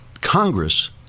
Congress